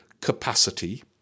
capacity